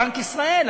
בנק ישראל,